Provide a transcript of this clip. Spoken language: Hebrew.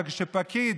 אבל כשפקיד